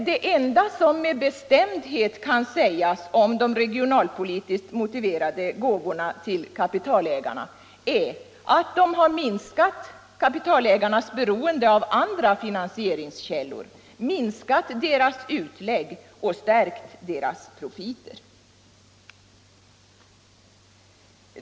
Det enda som med bestämdhet kan sägas om de regionalpolitiskt motiverade gåvorna till kapitalägarna är att detta minskat deras beroende av andra finansieringskällor, minskat deras utlägg och stärkt deras profiter.